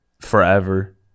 forever